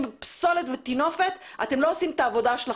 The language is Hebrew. בפסולת וטינופת אתם לא עושים את העבודה שלכם.